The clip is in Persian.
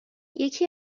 یکی